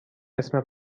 اسم